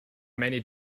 many